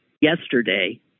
yesterday